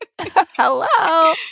hello